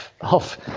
off